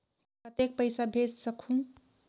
कतेक पइसा भेज सकहुं?